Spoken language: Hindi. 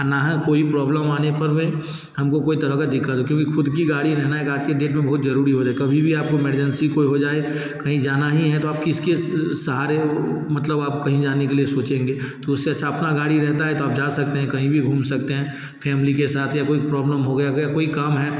और ना ही कोई प्रॉब्लम आने पर में हमको कोई तरह का दिक़्क़त हो क्योंकि खुद की गाड़ी रहना एक आज के डेट में बहुत ज़रूरी हो गया कभी भी आपको इमरजेंसी कोई हो जाए कहीं जाना ही हैं तो आप किसके सहारे मतलब आप कहीं जाने के लिए सोचेंगे तो उससे अच्छा अपना गाड़ी रहता है तो आप जा सकते हैं कहीं भी घूम सकते हैं फ़ैमली के साथ या कोई प्रॉब्लम हो गया या कोई काम है